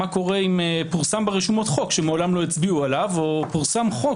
מה קורה אם פורסם ברשומות חוק שמעולם לא הצביעו עליו או פורסם חוק